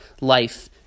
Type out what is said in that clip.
life